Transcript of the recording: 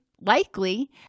likely